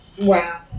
Wow